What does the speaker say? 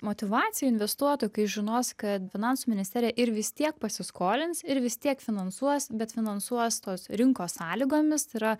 motyvaciją investuotojų kai žinos kad finansų ministerija ir vis tiek pasiskolins ir vis tiek finansuos bet finansuos tos rinkos sąlygomis yra